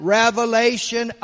revelation